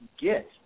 get